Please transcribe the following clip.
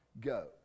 go